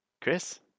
Chris